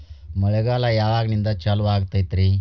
ಮಳೆಗಾಲ ಯಾವಾಗಿನಿಂದ ಚಾಲುವಾಗತೈತರಿ?